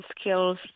skills